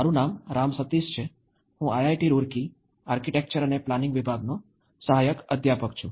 મારું નામ રામ સતીશ છે હું આઈઆઈટી રૂરકી આર્કિટેક્ચર અને પ્લાનિંગ વિભાગનો સહાયક અધ્યાપક છું